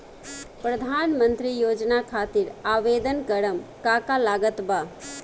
प्रधानमंत्री योजना खातिर आवेदन करम का का लागत बा?